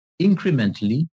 incrementally